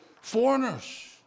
foreigners